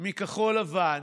מכחול לבן: